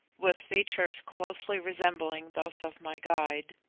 with features closely resembling those of my guide,